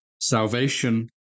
salvation